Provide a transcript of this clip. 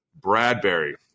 Bradbury